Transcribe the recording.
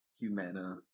Humana